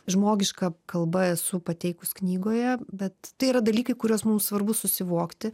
žmogiška kalba esu pateikus knygoje bet tai yra dalykai kuriuos mums svarbu susivokti